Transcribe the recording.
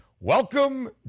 welcome